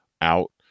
out